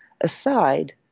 aside